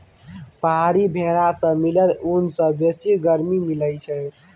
पहाड़ी भेरा सँ मिलल ऊन सँ बेसी गरमी मिलई छै